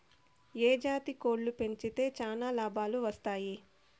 ఏ జాతి కోళ్లు పెంచితే చానా లాభాలు వస్తాయి?